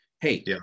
Hey